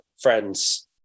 friends